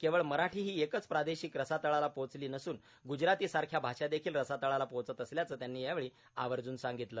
केवळ मराठी ही एकच प्रादेशिक रसातळाला पोहोचली नसून ग्जराती सारख्या आषादेखील रसातळाला पोहोचत असल्याचं त्यांनी यावेळी आवर्ज्न सांगितलं